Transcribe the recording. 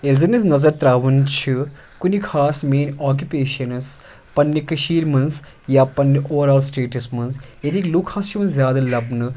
ییٚلہِ زَن أسۍ نَظَر ترٛاوان چھِ کُنہِ خاص مین آکِپیشَنَس پَنٛنہِ کٔشیٖرِ منٛز یا پَنٛنہِ اوٚوَرآل سٹَیٹَس منٛز ییٚتِکۍ لُکھ ہَسا چھِ یِوان زیادٕ لَبنہٕ